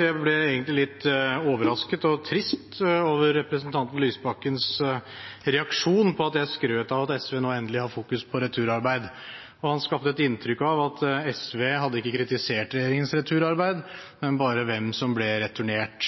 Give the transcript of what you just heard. jeg ble egentlig litt overrasket og trist over representanten Lysbakkens reaksjon på at jeg skrøt av at SV nå endelig har fokus på returarbeid, og han skapte et inntrykk av at SV ikke hadde kritisert regjeringens returarbeid, men bare hvem som ble returnert.